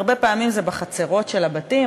הרבה פעמים זה בחצרות של הבתים,